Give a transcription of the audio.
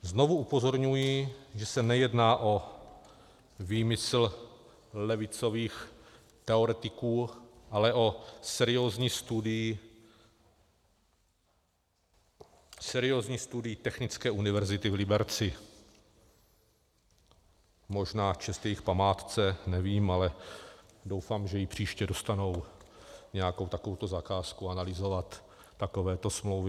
Znovu upozorňuji, že se nejedná o výmysl levicových teoretiků, ale o seriózní studii Technické univerzity v Liberci možná čest jejich památce, nevím, ale doufám, že i příště dostanou nějakou takovouto zakázku analyzovat takovéto smlouvy.